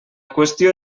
qüestió